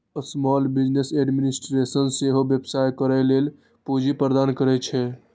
small business administration सेहो व्यवसाय करै लेल पूंजी प्रदान करै छै